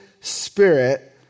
Spirit